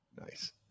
Nice